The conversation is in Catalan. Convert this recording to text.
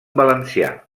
valencià